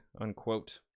Unquote